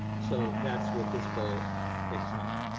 so that's what this bullet picks up.